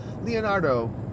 Leonardo